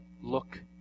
look